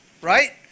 right